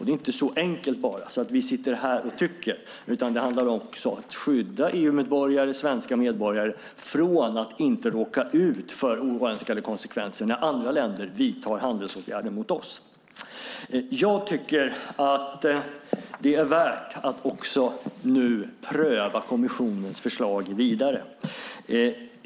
Det är inte så enkelt att vi bara sitter här och tycker, utan det handlar också om att skydda EU-medborgare och svenska medborgare från att råka ut för oönskade konsekvenser när andra länder vidtar handelsåtgärder mot oss. Jag tycker att det är värdefullt att nu pröva kommissionens förslag vidare.